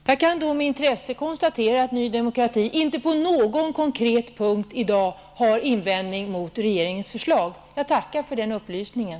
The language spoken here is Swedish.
Herr talman! Jag kan då med intresse konstatera att Ny Demokrati inte på någon konkret punkt i dag har invändning mot regeringens förslag. Jag tackar för den upplysningen.